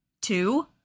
Two